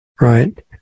right